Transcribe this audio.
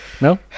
No